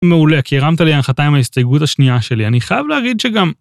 מעולה, כי הרמת לי להנחתה עם ההסתייגות השנייה שלי. אני חייב להריד שגם...